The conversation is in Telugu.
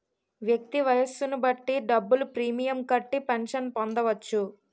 వ్యక్తి వయస్సును బట్టి డబ్బులు ప్రీమియం కట్టి పెన్షన్ పొందవచ్చు